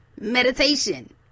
meditation